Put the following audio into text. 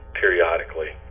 periodically